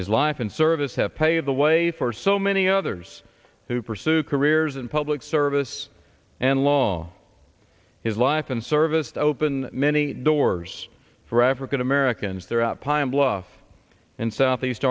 his life in service have paved the way for so many others who pursue careers in public service and long his life in service to open many doors for african americans throughout pine bluff and southeast